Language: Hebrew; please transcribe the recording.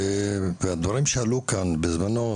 והדברים שעלו כאן בזמנו,